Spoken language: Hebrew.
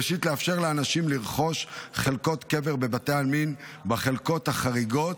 לרכוש חלקות קבר בבתי עלמין בחלקות החריגות,